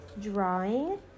Drawing